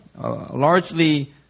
largely